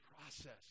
process